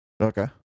Okay